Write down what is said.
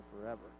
forever